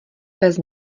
bez